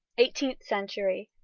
eighteenth century.